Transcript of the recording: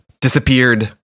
disappeared